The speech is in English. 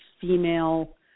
female